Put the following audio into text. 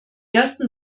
ersten